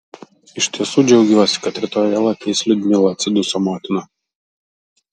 iš tiesų džiaugiuosi kad rytoj vėl ateis liudmila atsiduso motina